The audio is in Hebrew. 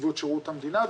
נציבות שרות המדינה,